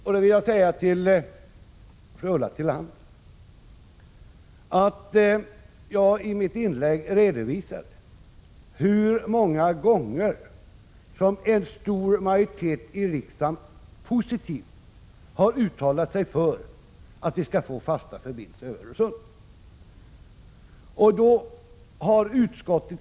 Jag vill säga till Ulla Tillander att jag i mitt inlägg redovisade hur många gånger som en stor majoritet i riksdagen positivt har uttalat sig för att vi skall få fasta förbindelser över Öresund.